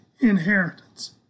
inheritance